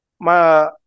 Ma